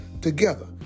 Together